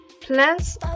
Plants